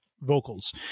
vocals